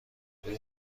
ولی